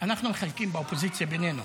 אנחנו מחלקים באופוזיציה בינינו.